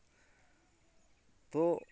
ᱛᱚ